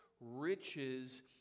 riches